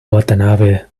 watanabe